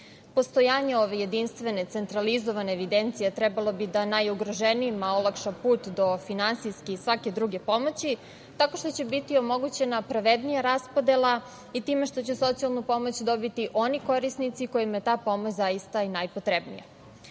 Postojanje ove jedinstvene, centralizovane evidencije trebalo bi da najugroženijima olakša put do finansijske i svake druge pomoći, tako što će biti omogućena pravednija raspodela i time što će socijalnu pomoć dobiti oni korisnici kojima je ta pomoć zaista najpotrebnija. Nakon